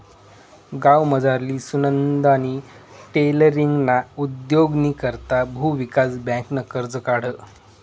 गावमझारली सुनंदानी टेलरींगना उद्योगनी करता भुविकास बँकनं कर्ज काढं